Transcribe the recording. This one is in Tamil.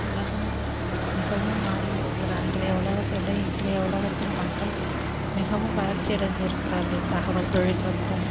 உலகம் மிகவும் மாறி இருக்கிறது அன்றைய உலகத்தை விட இன்றைய உலகத்தில் மக்கள் மிகவும் வளர்ச்சி அடைந்திருக்கிறார்கள் தகவல் தொழில்நுட்பம்